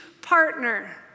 partner